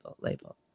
label